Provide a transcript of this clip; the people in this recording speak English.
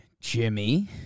Jimmy